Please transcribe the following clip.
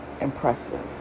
Impressive